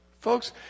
Folks